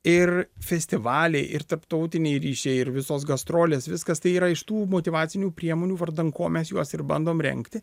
ir festivaliai ir tarptautiniai ryšiai ir visos gastrolės viskas tai yra iš tų motyvacinių priemonių vardan ko mes juos ir bandom rengti